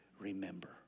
remember